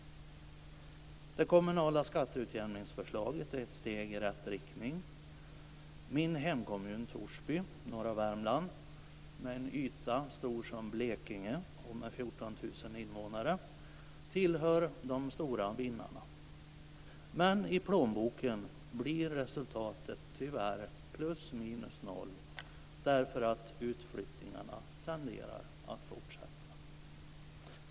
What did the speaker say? Det kommunala skatteutjämningsförslaget är ett steg i rätt riktning. Min hemkommun, Torsby, i norra Värmland med en yta stor som Blekinge och med 14 000 invånare tillhör de stora vinnarna. Men i plånboken blir resultatet tyvärr plus minus noll, därför att utflyttningarna tenderar att fortsätta.